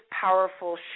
powerful